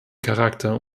charakter